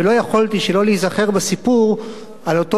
לא יכולתי שלא להיזכר בסיפור על אותו